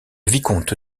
vicomte